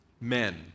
Men